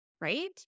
right